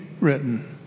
written